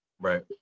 right